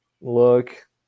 look